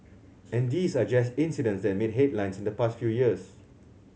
and these are just incidents that made headlines in the past few years